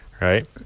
right